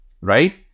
right